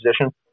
position